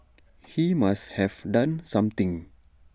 he must have done something